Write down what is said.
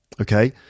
Okay